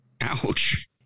Ouch